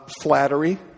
Flattery